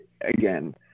again